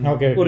Okay